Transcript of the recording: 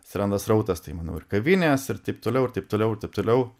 atsiranda srautas tai manau ir kavinės ir taip toliau ir taip toliau ir taip toliau